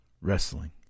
wrestling